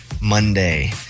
Monday